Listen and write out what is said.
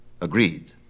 Agreed